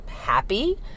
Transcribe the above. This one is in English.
happy